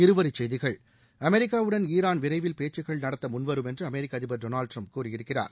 இருவரி செய்திகள் அமெிக்கா உடன் ஈரான் விரைவில் பேச்சுக்கள் நடத்த முன்வரும் என்று அமெிக்க அதிபா டொனால்ட் ட்ரம்ப் கூறியிருக்கிறார்